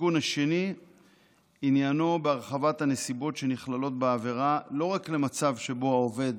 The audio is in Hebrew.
התיקון השני עניינו הרחבת הנסיבות שנכללות בעבירה לא רק למצב שבו העובד